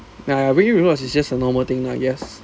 ya really rewards it's just a normal thing lah yes